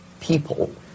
people